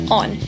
on